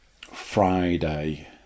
Friday